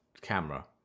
camera